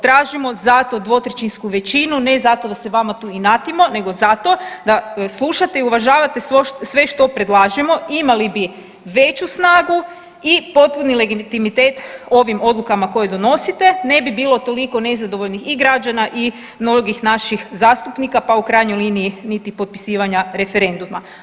Tražimo zato dvotrećinsku većinu ne zato da se vama tu inatimo nego zato da slušate i uvažavate sve što predlažemo, imali bi veću snagu i potpuni legitimitet ovim odlukama koje donosite, ne bi bilo toliko nezadovoljnih i građana i mnogih naših zastupnika, pa u krajnjoj liniji niti potpisivanja referenduma.